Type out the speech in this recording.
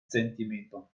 zentimeter